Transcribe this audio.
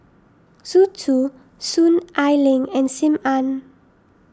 Zhu Chu Soon Ai Ling and Sim Ann